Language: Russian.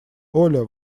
оля